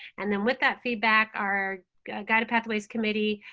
and then with that feedback our guided pathways committee